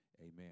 Amen